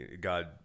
God